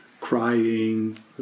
crying